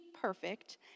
perfect